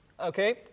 Okay